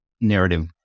narrative